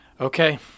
Okay